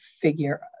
figure